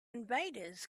invaders